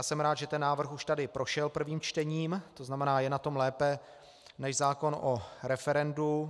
Jsem rád, že ten návrh už tady prošel prvním čtením, to znamená, je na tom lépe než zákon o referendu.